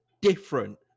Different